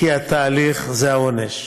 כי התהליך זה העונש.